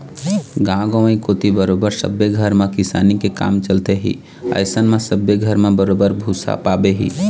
गाँव गंवई कोती बरोबर सब्बे घर म किसानी के काम चलथे ही अइसन म सब्बे घर म बरोबर भुसा पाबे ही